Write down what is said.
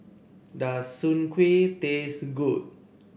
does Soon Kuih taste good